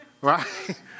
right